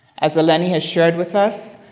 as eleni has shared with us,